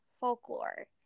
folklore